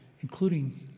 including